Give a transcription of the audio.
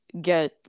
get